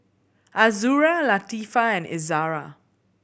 Azura Latifa and Izzara